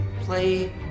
play